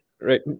Right